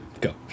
go